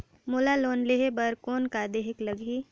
मोला लोन लेहे बर कौन का देहेक लगही?